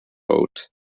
vote